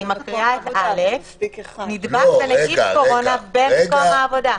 אני מקריאה את (א): נדבק בנגיף קורונה במקום העבודה.